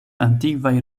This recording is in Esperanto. antikvaj